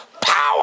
Power